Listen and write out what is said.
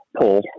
pull